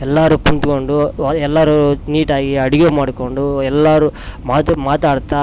ಎಲ್ಲಾರು ಕುಂತ್ಕೊಂಡು ಎಲ್ಲರು ನೀಟಾಗಿ ಅಡಿಗೆ ಮಾಡ್ಕೊಂಡು ಎಲ್ಲಾರು ಮಾತಾಡ್ತಾ